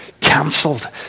cancelled